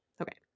Okay